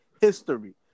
history